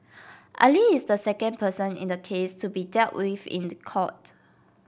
Ali is the second person in the case to be dealt with in court